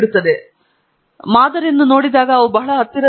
ನೀವು ಮಾದರಿಯನ್ನು ನೋಡಿದಾಗ ಅವು ಬಹಳ ಹತ್ತಿರದಲ್ಲಿದೆ